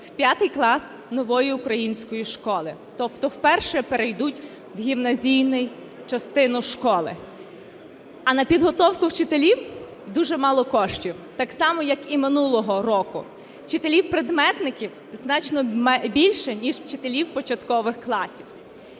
в 5 клас "Нової української школи", тобто вперше перейдуть в гімназійну частину школи. А на підготовку вчителів дуже мало коштів так само, як і минулого року. Вчителів-предметників значно більше ніж вчителів початкових класів.